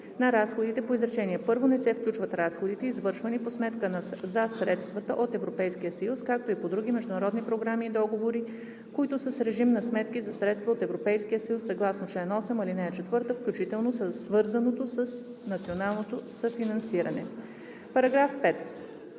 на разходите по изречение първо не се включват разходите, извършвани от сметки за средства от Европейския съюз, както и по други международни програми и договори, които са с режим на сметки за средства от Европейския съюз съгласно чл. 8, ал. 4, включително свързаното с тях национално съфинансиране.“